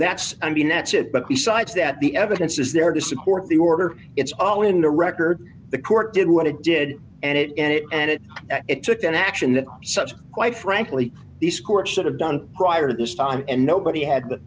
that's i mean that's it but besides that the evidence is there to support the order it's all in the record the court did what it did and it and it and it it took an action that such quite frankly these courts should have done prior to this time and nobody had